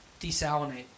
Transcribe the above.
Desalinate